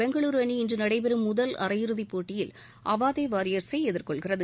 பெங்களுரு அணி இன்று நடைபெறும் முதல் அரையிறுதிப் போட்டியில் அவாதே வாரியர்ஸை எதிர்கொள்கிறது